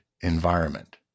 environment